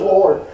Lord